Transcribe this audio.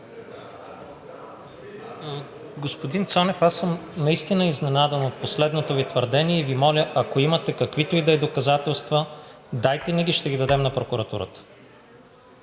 Господин Цонев, аз съм наистина изненадан от последното Ви твърдение и Ви моля, ако имате каквито и да е доказателства, дайте ни ги, ще ги дадем на прокуратурата.